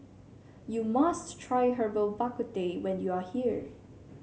you must try Herbal Bak Ku Teh when you are here